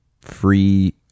free